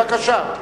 בבקשה.